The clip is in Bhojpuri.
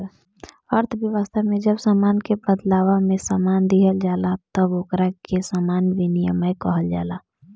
अर्थव्यवस्था में जब सामान के बादला में सामान दीहल जाला तब ओकरा के सामान विनिमय कहल जाला